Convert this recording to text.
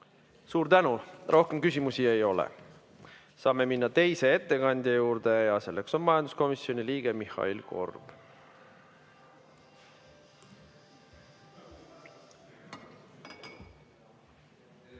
Suur tänu! Rohkem küsimusi ei ole. Saame minna teise ettekandja juurde ja selleks on majanduskomisjoni liige Mihhail Korb.